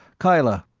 kyla.